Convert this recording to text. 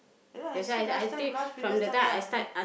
ya I see last time last previous time ah everytime